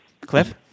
Cliff